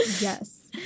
Yes